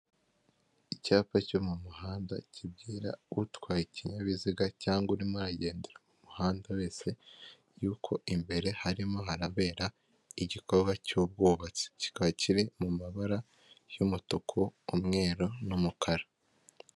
Icyapa cyo mu muhanda kibwira utwaye ikinyabiziga cyangwa urimo agendera ku muhanda wese yuko imbere harimo hahanabera igikorwa cy'ubwubatsi, kikaba kiri mu mabara y'umutuku umweru n'umukara.